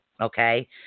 Okay